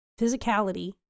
physicality